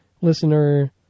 listener